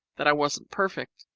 that i wasn't perfect,